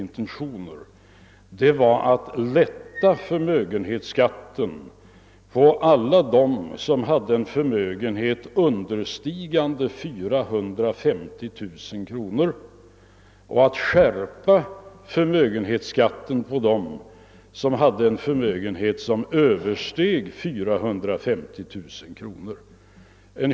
Jo, det gällde att minska förmögenhetsskatten för alla dem som har en förmögenhet understigande 450 000 kr. och att skärpa den för förmögenheter överstigande 450 000 kr.